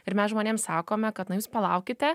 ir mes žmonėms sakome kad na jūs palaukite